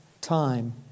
time